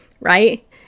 Right